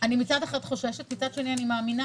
מצד אחד אני חוששת ומצד שני אני מאמינה,